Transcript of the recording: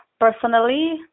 personally